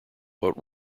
what